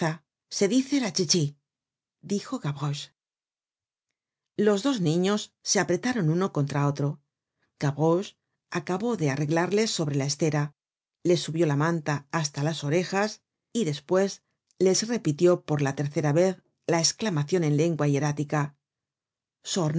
se dice la chichi dijo gavroche los dos niños se apretaron uno contra otro gavroche acabó de arreglarles sobre la estera les subió la manta hasta las orejas y des content from google book search generated at pues les repitió por la tercera vez la esclamacion en lengua hierática sornad y